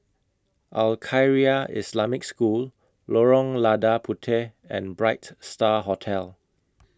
Al Khairiah Islamic School Lorong Lada Puteh and Bright STAR Hotel